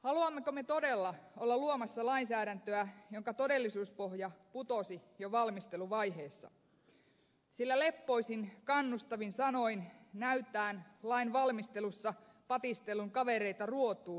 haluammeko me todella olla luomassa lainsäädäntöä jonka todellisuuspohja putosi jo valmisteluvaiheessa sillä leppoisin kannustavin sanoin näkyy lain valmistelussa patistellun kavereita ruotuun